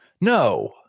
No